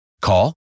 Call